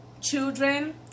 children